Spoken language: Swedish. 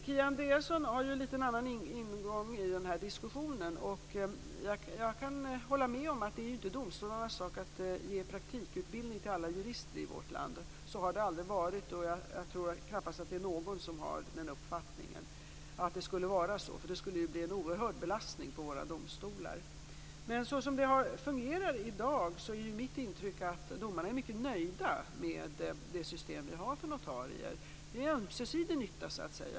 Kia Andreasson har en litet annan ingång i diskussionen. Jag kan hålla med om att det inte är domstolarnas sak att ge praktikutbildning till alla jurister i vårt land. Så har det aldrig varit, och jag tror knappast att det finns någon som har uppfattningen att det skulle vara så. Det skulle bli en oerhörd belastning på våra domstolar. Så som det fungerar i dag är mitt intryck att domarna är mycket nöjda med det system som vi har för notarier. Det är ömsesidig nytta.